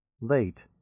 Late